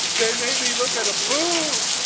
they made me look at a boob!